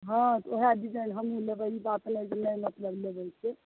हाँ तऽ ओहे डिजाइन हमहुँ लेबय ई बात नइ मतलब लेबय से